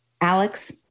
Alex